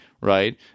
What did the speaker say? right